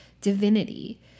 divinity